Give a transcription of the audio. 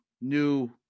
new